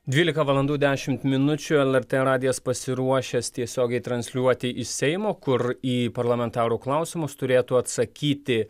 dvylika valandų dešimt minučių lrt radijas pasiruošęs tiesiogiai transliuoti iš seimo kur į parlamentarų klausimus turėtų atsakyti